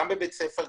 גם בבית ספר,